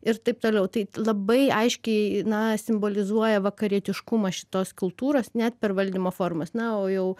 ir taip toliau tai labai aiškiai na simbolizuoja vakarietiškumą šitos kultūros net per valdymo formas na o jau